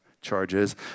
charges